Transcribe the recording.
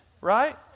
right